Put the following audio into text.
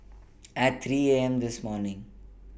At three A M This morning